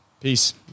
Peace